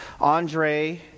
Andre